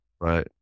right